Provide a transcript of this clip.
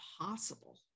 possible